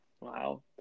wow